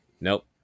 nope